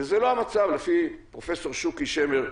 וזה לא המצב כרגע לפי פרופ' שוקי שמר.